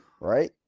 right